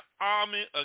army